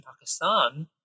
Pakistan